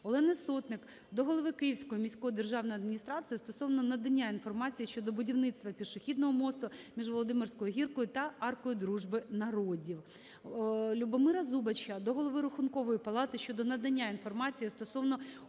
Олени Сотник до голови Київської міської державної адміністрації стосовно надання інформації щодо будівництва пішохідного мосту між Володимирською гіркою та Аркою дружби народів. Любомира Зубача до Голови Рахункової палати щодо надання інформації стосовно